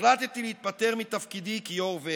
החלטתי להתפטר מתפקידי כיו"ר ור"ה.